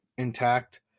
intact